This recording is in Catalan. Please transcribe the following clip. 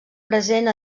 present